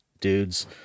dudes